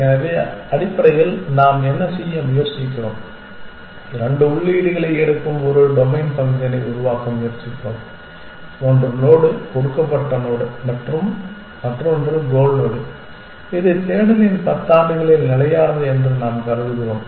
எனவே அடிப்படையில் நாம் என்ன செய்ய முயற்சிக்கிறோம் இரண்டு உள்ளீடுகளை எடுக்கும் ஒரு டொமைன் ஃபங்க்ஷனை உருவாக்க முயற்சிக்கிறோம் ஒன்று நோடு கொடுக்கப்பட்ட நோடு மற்றும் மற்றொன்று கோல் நோடு இது தேடலின் பத்து ஆண்டுகளில் நிலையானது என்று நாம் கருதுகிறோம்